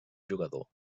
jugador